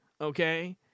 Okay